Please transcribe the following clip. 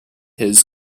his